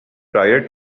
prior